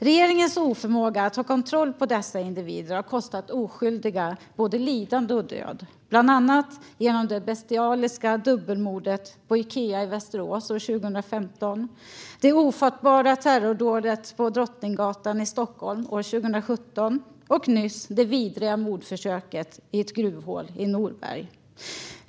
Regeringens oförmåga att ha kontroll på dessa individer har kostat oskyldiga både lidande och död, bland annat genom det bestialiska dubbelmordet på Ikea i Västerås 2015, det ofattbara terrordådet på Drottninggatan i Stockholm 2017 och nyss det vidriga mordförsöket i ett gruvhål i Norberg.